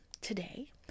today